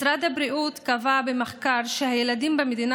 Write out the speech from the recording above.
משרד הבריאות קבע במחקר שהילדים במדינה